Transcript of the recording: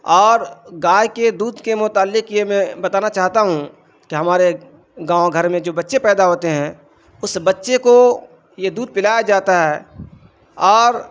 اور گائے کے دودھ کے متعلق یہ میں بتانا چاہتا ہوں کہ ہمارے گاؤں گھر میں جو بچے پیدا ہوتے ہیں اس بچے کو یہ دودھ پلایا جاتا ہے اور